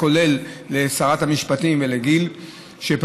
כולל לשרת המשפטים ולגיל ונדב וכו',